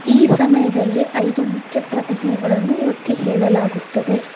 ಈ ಸಮಯದಲ್ಲಿ ಐದು ಮುಖ್ಯ ಪ್ರತಿಜ್ಞೆಗಳನ್ನು ಒತ್ತಿ ಹೇಳಲಾಗುತ್ತದೆ